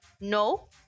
no